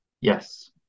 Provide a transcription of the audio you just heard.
Yes